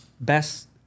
best